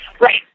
Right